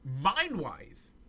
Mind-wise